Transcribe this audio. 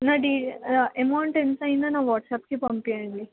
నాది ఎమౌంట్ ఎంత అయిందో నా వాట్సాప్కి పంపించండి